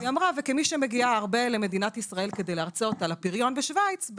היא אמרה שכשמי שמגיעה הרבה לישראל כדי להרצות על הפריון בשוויץ,